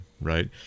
right